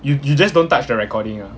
you you just don't touch the recording lah